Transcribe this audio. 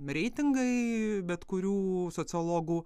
reitingai bet kurių sociologų